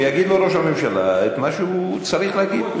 שיגיד לו ראש הממשלה את מה שהוא צריך להגיד.